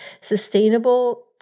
sustainable